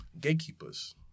Gatekeepers